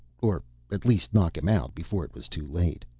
or at least knock him out before it was too late.